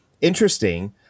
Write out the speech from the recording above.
interesting